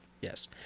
Yes